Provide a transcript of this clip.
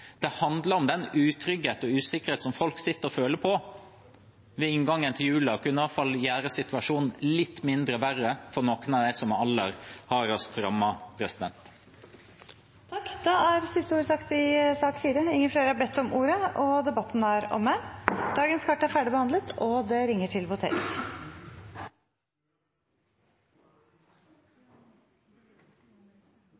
Det handler om den utryggheten og usikkerheten folk sitter og føler på, og ved inngangen til jula kunne en gjøre situasjonen i hvert fall litt mindre ille for noen av dem som er aller hardest rammet. Flere har ikke bedt om ordet til sak